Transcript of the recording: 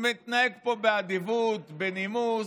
מתנהג פה באדיבות, בנימוס,